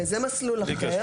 זה מסלול אחר.